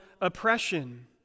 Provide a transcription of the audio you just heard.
oppression